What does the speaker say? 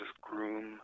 groom